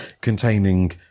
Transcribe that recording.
containing